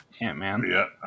Ant-Man